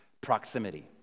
proximity